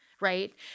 right